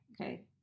okay